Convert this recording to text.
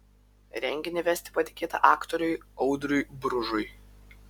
renginį vesti patikėta aktoriui audriui bružui